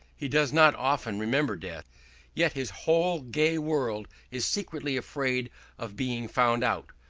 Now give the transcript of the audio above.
he does not often remember death yet his whole gay world is secretly afraid of being found out,